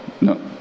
No